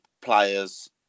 players